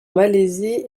malaisie